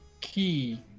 key